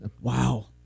Wow